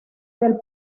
del